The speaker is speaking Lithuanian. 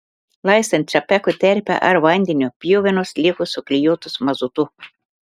laistant čapeko terpe ar vandeniu pjuvenos liko suklijuotos mazutu